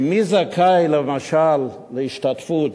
כי מי זכאי, למשל, להשתתפות